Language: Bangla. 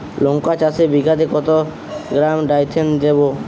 লঙ্কা চাষে বিঘাতে কত গ্রাম ডাইথেন দেবো?